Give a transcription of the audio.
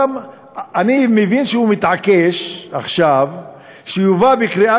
אני מבין שהוא מתעקש עכשיו שתובא לקריאה